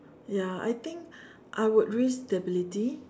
ya I think I would reach stability